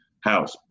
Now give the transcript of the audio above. House